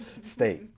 state